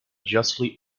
justly